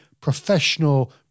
professional